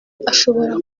ashobora